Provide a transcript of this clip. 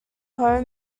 combe